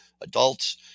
adults